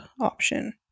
option